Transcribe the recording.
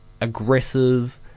aggressive